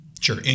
Sure